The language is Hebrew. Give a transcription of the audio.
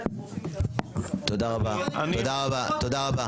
תודה רבה, תודה רבה.